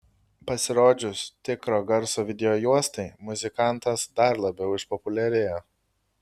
pasirodžius tikro garso videojuostai muzikantas dar labiau išpopuliarėjo